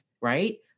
right